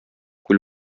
күл